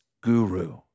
guru